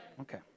Okay